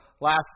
Last